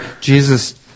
Jesus